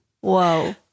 Whoa